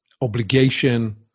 obligation